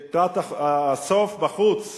לקראת הסוף, בחוץ.